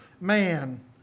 man